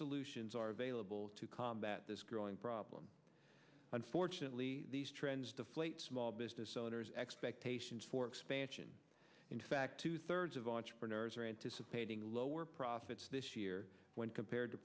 solutions are available to combat this growing problem unfortunately these trends deflate small business owners expectations for expansion in fact two thirds of entrepreneurs are anticipating lower profits this year when compared to